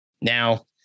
now